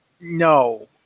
no